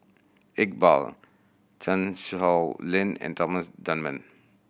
Iqbal Chan Sow Lin and Thomas Dunman